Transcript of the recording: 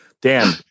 Dan